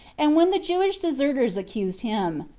and when the jewish deserters accused him,